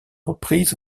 reprises